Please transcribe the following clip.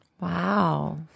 Wow